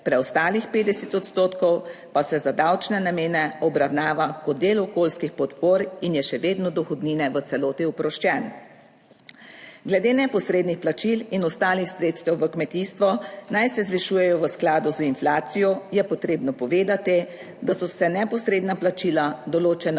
Preostalih 50 % pa se za davčne namene obravnava kot del okoljskih podpor in je še vedno dohodnine v celoti oproščen. Glede neposrednih plačil in ostalih sredstev v kmetijstvu naj se zvišujejo v skladu z inflacijo je potrebno povedati, da so se neposredna plačila določena